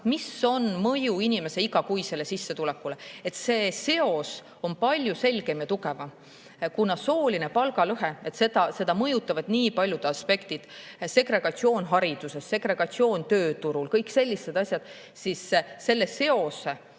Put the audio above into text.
mis on mõju inimese igakuisele sissetulekule. See seos on palju selgem ja tugevam. Soolist palgalõhet mõjutavad nii paljud aspektid: segregatsioon hariduses, segregatsioon tööturul – kõik sellised asjad. Üldiselt on